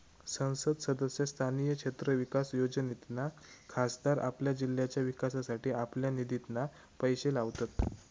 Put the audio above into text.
संसद सदस्य स्थानीय क्षेत्र विकास योजनेतना खासदार आपल्या जिल्ह्याच्या विकासासाठी आपल्या निधितना पैशे लावतत